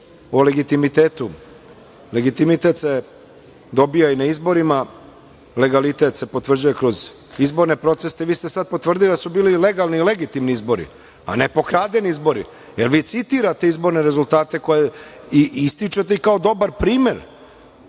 o legitimitetu. Legitimitet se dobija i na izborima, legalitet se potvrđuje kroz izborne procese. Vi ste sad potvrdili da su bili legalni i legitimni izbori, a ne pokradeni izbori, jer vi citirate izborne rezultate koje i ističete kao dobar primer